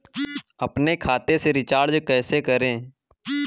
अपने खाते से रिचार्ज कैसे करें?